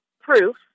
proof